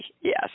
Yes